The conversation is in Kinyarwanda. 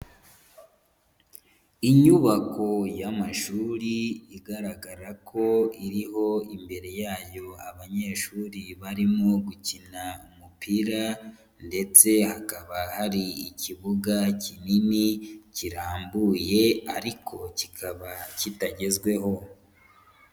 Inyubako y'amashuri, igaragara ko iriho imbere yayo abanyeshuri barimo gukina umupira, ndetse hakaba hari ikibuga kinini kirambuye, ariko kikaba kitagezweho.